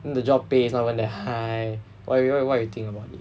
then the job pay is not even that high [what] you what you what you think about it